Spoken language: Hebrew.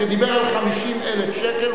שדיבר על 50,000 שקל,